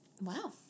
Wow